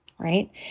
right